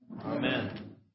Amen